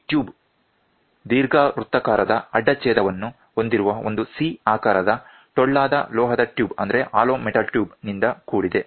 ಈ ಟ್ಯೂಬ್ ದೀರ್ಘವೃತ್ತಾಕಾರದ ಅಡ್ಡ ಛೇದವನ್ನು ಹೊಂದಿರುವ ಒಂದು C ಆಕಾರದ ಟೊಳ್ಳಾದ ಲೋಹದ ಟ್ಯೂಬ್ನಿಂದ ಕೂಡಿದೆ